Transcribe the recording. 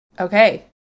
Okay